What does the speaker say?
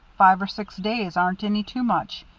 five or six days aren't any too much.